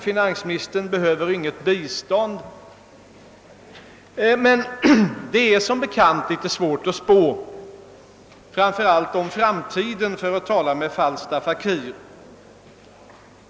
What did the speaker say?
Finansministern behöver inget bistånd. Men det är som bekant litet svårt att spå, framför allt om framtiden.